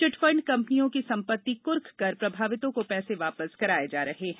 chit fund कंपनियों की संपत्ति कुर्क कर प्रभावितों को पैसे वापस कराए जा रहे हैं